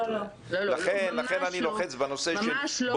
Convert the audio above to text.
לא, ממש לא.